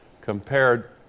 compared